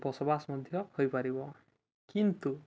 ବସବାସ ମଧ୍ୟ ହୋଇପାରିବ କିନ୍ତୁ